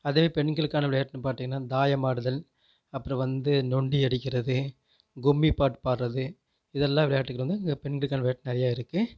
அதுவே பெண்களுக்கான விளையாட்டுன்னு பாத்திகன்னா தாயம் ஆடுதல் அப்புறம் வந்து நொண்டி அடிக்கிறது கும்மிப் பாட்டு பாடுறது இதெல்லாம் விளையாட்டுகள் வந்து பெண்களுக்கான விளையாட்டு நிறையா இருக்கு